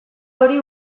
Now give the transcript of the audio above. hori